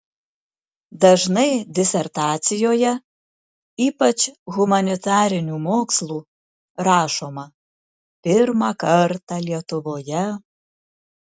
dažnai disertacijoje ypač humanitarinių mokslų rašoma pirmą kartą lietuvoje